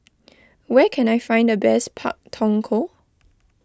where can I find the best Pak Thong Ko